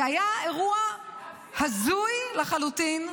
זה היה אירוע הזוי לחלוטין,